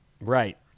Right